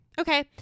Okay